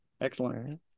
Excellent